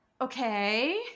okay